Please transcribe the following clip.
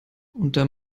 unter